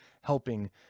helping